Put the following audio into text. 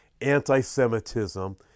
anti-Semitism